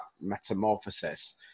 metamorphosis